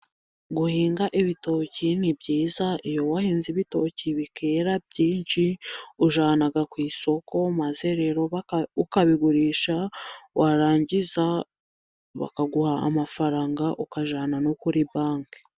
Guhinga ibitoki ni byiza, iyo wahinze ibitoki bikera byinshi, ujyana ku isoko maze rero ukabigurisha, warangiza bakaguha amafaranga, ukajyana no kuri banki.